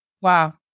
Wow